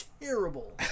terrible